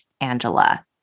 Angela